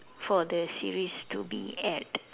for the series to be add